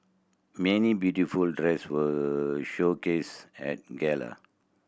many beautiful dress were showcased at gala